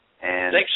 Thanks